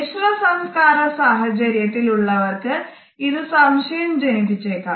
മിശ്രസംസ്കാര സാഹചര്യത്തിൽ ഉള്ളവർക്ക് ഇത് സംശയം ജനിപ്പിച്ചേക്കാം